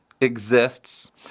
exists